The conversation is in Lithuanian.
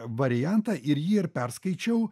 variantą ir jį ir perskaičiau